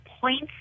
points